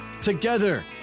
Together